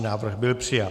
Návrh byl přijat.